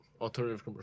Alternative